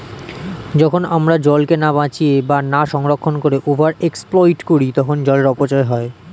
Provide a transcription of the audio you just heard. যখন আমরা জলকে না বাঁচিয়ে বা না সংরক্ষণ করে ওভার এক্সপ্লইট করি তখন জলের অপচয় হয়